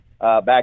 back